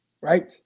right